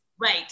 Right